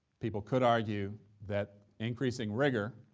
people could argue that increasing rigor